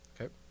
Okay